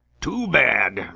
too bad.